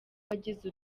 wagize